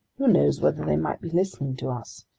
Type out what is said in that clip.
who knows whether they might be listening to us?